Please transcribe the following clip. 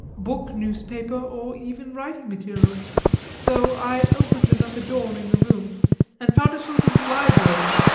book, newspaper, or even writing materials so i opened another door in the room and found a sort of library.